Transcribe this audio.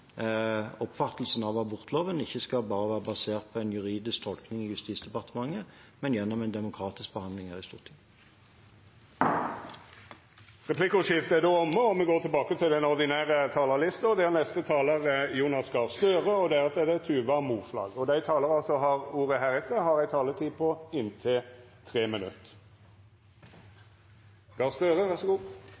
oppfattelsen av abortloven ikke bare skal være basert på en juridisk tolkning i Justisdepartementet, men skal være gjennom en demokratisk behandling i Stortinget. Replikkordskiftet er omme. Dei talarane som heretter får ordet, har ei taletid på inntil 3 minutt.